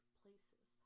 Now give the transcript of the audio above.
places